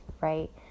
right